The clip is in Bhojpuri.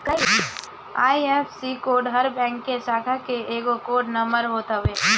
आई.एफ.एस.सी कोड हर बैंक के शाखा के एगो कोड नंबर होत हवे